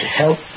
help